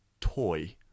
toy